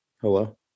Hello